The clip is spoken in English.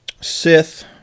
Sith